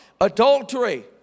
Adultery